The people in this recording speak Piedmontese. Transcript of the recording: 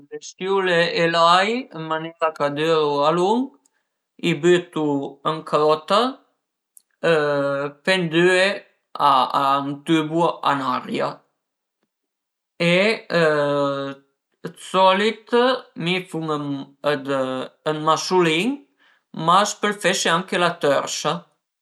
Le siule e l'ai ën maniera ch'a düru a lunch i bütu ën crota pendüe a ün tübu ën aria e dë solit mi fun dë masulin ma a s'pöl fese anche la tërsa